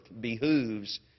behooves